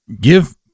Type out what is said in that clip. give